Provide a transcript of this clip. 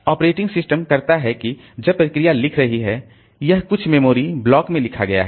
operating system करता है कि जब प्रोसेस लिख रही है यह कुछ मेमोरी ब्लॉक में लिखा गया है